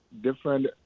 different